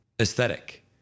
aesthetic